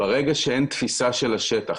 ברגע שאין תפיסה של השטח,